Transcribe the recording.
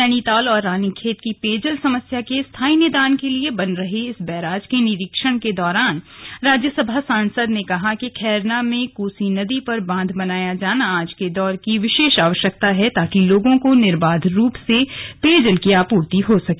नैनीताल और रानीखेत की पेयजल समस्या के स्थायी निदान के लिए बन रहे इ स बैराज के निरीक्षण के दौरान राज्यसभा सांसद ने कहा कि खैरना में कोसी नदी पर बांध बनाया जाना आज के दौर की विशेष आवश्यकता है ताकि लोगों को निर्बाध रूप से पेयजल की आपूर्ति हो सके